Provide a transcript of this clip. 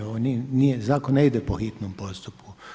Zakon ne ide po hitnom postupku.